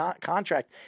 contract